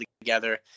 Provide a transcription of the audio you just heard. together